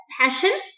passion